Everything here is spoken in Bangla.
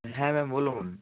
হ্যাঁ ম্যাম বলুন